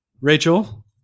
rachel